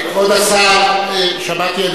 כבוד השר, שמעתי.